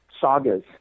sagas